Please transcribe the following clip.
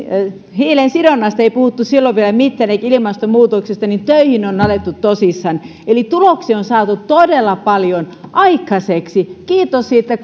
hiilensidonnasta ei puhuttu silloin vielä mitään eikä ilmastonmuutoksesta niin töihin on alettu tosissaan tuloksia on saatu todella paljon aikaiseksi kiitos siitä